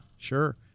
Sure